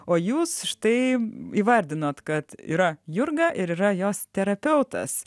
o jūs štai įvardinot kad yra jurga ir yra jos terapeutas